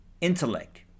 intellect